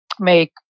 make